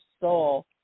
soul